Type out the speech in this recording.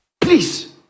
Please